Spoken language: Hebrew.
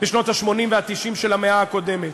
בשנות ה-80 וה-90 של המאה הקודמת.